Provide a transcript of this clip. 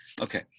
Okay